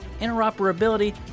interoperability